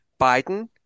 Biden